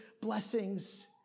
blessings